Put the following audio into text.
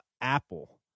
Apple